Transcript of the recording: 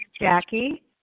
Jackie